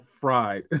fried